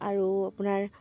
আৰু আপোনাৰ